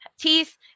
teeth